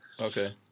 Okay